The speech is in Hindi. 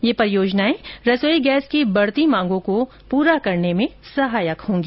ये परियोजनाए रसोई गैस की बढ़ती मांगों को पूरी करने में सहायक होंगी